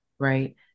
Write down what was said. Right